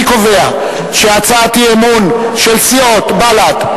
אני קובע שהצעת האי-אמון של סיעות בל"ד,